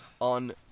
On